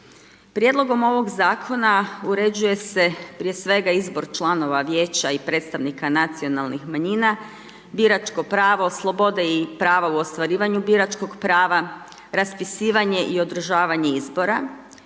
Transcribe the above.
Prijedlogom ovog zakona uređuje se prije svega izbor članova vijeća i predstavnika nacionalnih manjina, biračko pravo, slobode i prava u ostvarivanju biračkog prava, raspisivanje i održavanje izbora.